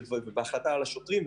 בנושא השוטרים,